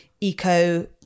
eco